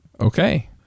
okay